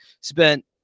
spent